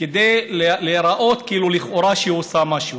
כדי להיראות כאילו לכאורה שהיא עושה משהו,